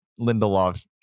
Lindelof